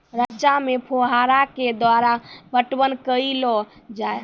रचा मे फोहारा के द्वारा पटवन करऽ लो जाय?